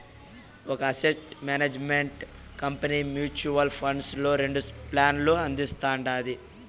ఒక asset management company mutual funds లో రెండు ప్లాన్లు అందిస్తుండాది